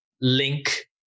link